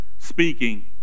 Speaking